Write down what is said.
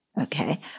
Okay